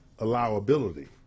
allowability